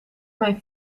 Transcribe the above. mijn